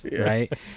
right